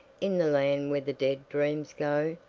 in the land where the dead dreams go.